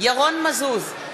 ירון מזוז,